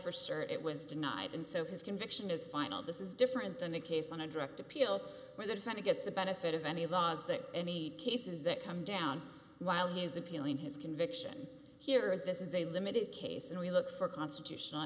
cert it was denied and so his conviction is final this is different than the case on a direct appeal where the defender gets the benefit of any laws that any cases that come down while he is appealing his conviction here this is a limited case and we look for constitutional